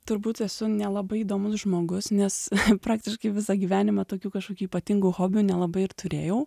turbūt esu nelabai įdomus žmogus nes praktiškai visą gyvenimą tokių kažkokių ypatingų hobių nelabai ir turėjau